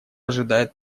ожидает